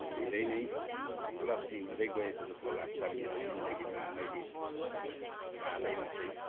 धेरै नै उपलब्धि हुँदै गएको जस्तो लाग्छ मेरो जिन्दगीमा अहिले हालमा चाहिँ